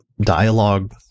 dialogue